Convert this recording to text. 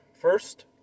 first